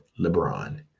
LeBron